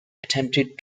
attempted